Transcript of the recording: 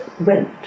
went